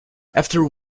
after